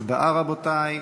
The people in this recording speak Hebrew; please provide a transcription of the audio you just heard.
הצבעה, רבותי.